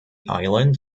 island